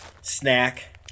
snack